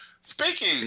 Speaking